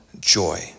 joy